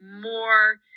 more